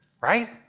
right